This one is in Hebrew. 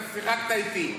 אז שיחקת איתי.